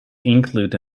include